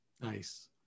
Nice